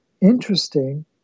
interesting